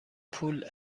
پول